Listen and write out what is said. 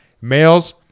Males